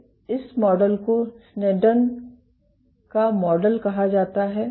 तो इस मॉडल को स्नेडन Sneddon's का मॉडल कहा जाता है